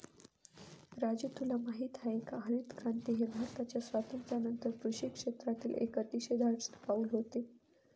राजू तुला माहित आहे का हरितक्रांती हे भारताच्या स्वातंत्र्यानंतर कृषी क्षेत्रातील एक अतिशय धाडसी पाऊल होते